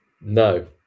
No